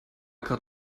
gerade